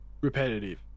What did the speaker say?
repetitive